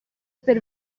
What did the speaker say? per